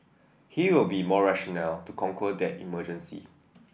he will be more rational to conquer that emergency